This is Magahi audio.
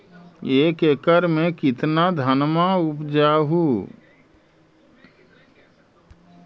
एक एकड़ मे कितना धनमा उपजा हू?